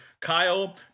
kyle